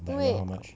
因为